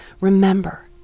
remember